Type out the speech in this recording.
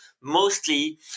mostly